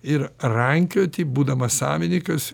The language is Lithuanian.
ir rankioti būdamas savininkas